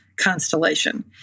constellation